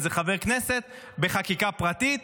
איזה חבר כנסת בחקיקה פרטית,